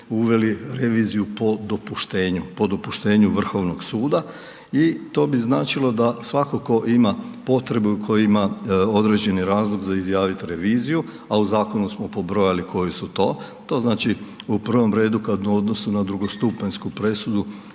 dopuštenju, po dopuštenju Vrhovnog suda i to bi značilo da svatko tko ima potrebu i tko ima određeni razlog za izjavit reviziju, a u zakonu smo pobrojali koji su to, to znači u prvom redu kad u odnosu na drugostupanjsku presudu